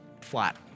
flat